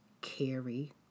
carry